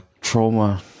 trauma